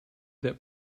that